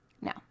Now